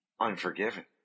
Unforgiven